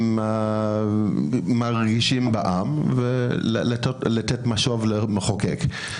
מרגישים שיש בעם ולתת משוב למחוקק.